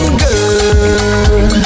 girl